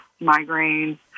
migraines